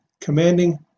commanding